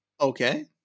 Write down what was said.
Okay